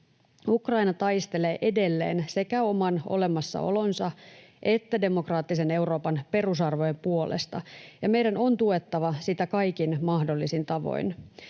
Ukraina taistelee edelleen sekä oman olemassaolonsa että demokraattisen Euroopan perusarvojen puolesta, ja meidän on tuettava sitä kaikin mahdollisin tavoin.